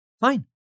Fine